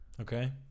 Okay